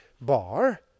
bar